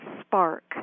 spark